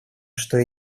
что